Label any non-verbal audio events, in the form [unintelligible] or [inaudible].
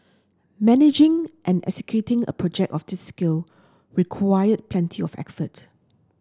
managing and executing a project of this scale required plenty of [unintelligible]